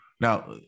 Now